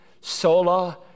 Sola